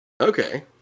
Okay